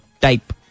type